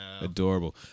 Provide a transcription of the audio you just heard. adorable